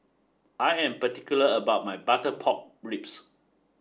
I am particular about my Butter Pork Ribs